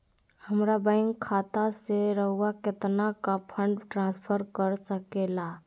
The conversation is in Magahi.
हमरा बैंक खाता से रहुआ कितना का फंड ट्रांसफर कर सके ला?